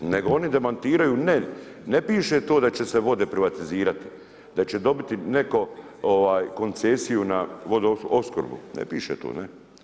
Nego oni demantiraju ne ne piše to da će se vode privatizirati, da će dobiti netko koncesiju na vodoopskrbu, ne piše to, ne.